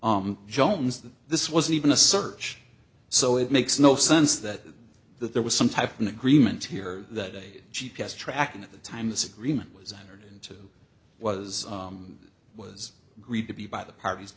until jones that this wasn't even a search so it makes no sense that that there was some type of an agreement here that a g p s tracking at the time this agreement was entered into was was read to be by the parties